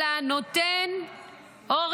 אלא נותן אור